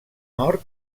nord